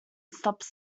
stops